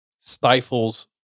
stifles